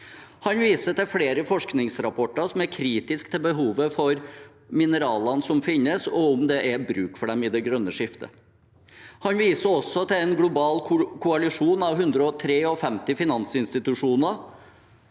Han viser til flere forskningsrapporter som er kritiske til behovet for mineralene som finnes, og om det er bruk for dem i det grønne skiftet. Han viser også til en global koalisjon av 153 finansinstitusjoner,